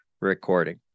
recording